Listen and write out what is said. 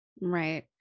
Right